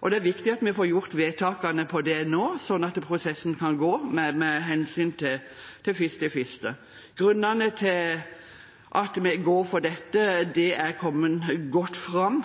Og det er viktig at vi får gjort vedtakene om dette nå, slik at prosessen kan fortsette, med hensyn til 1. januar. Grunnene til at vi går inn for dette, er kommet godt fram.